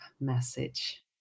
message